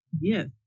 Yes